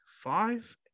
five